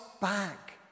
back